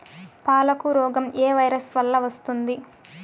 పాలకు రోగం ఏ వైరస్ వల్ల వస్తుంది?